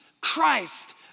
Christ